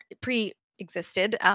pre-existed